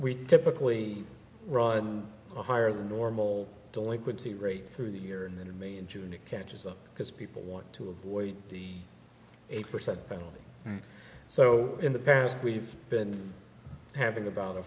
we typically run a higher than normal delinquency rate through the year and then in may and june a catches up because people want to avoid the eight percent penalty so in the past we've been having about a